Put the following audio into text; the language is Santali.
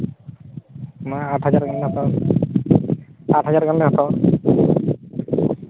ᱚᱱᱟ ᱟᱴ ᱦᱟᱡᱟᱨ ᱜᱟᱱᱞᱮ ᱦᱟᱛᱟᱣᱟ ᱚᱱᱟ ᱟᱴ ᱦᱟᱡᱟᱨ ᱜᱟᱱᱞᱮ ᱦᱟᱛᱟᱣᱟ